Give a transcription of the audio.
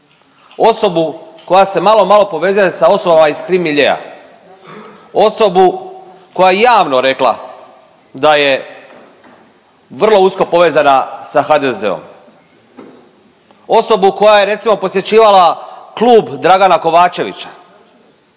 osobu koja se malo malo povezuje sa osobama iz krim miljea, osobu koja je javno rekla da je vrlo usko povezana sa HDZ-om, osobu koja je recimo posjećivala Klub Dragana Kovačevića.